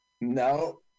No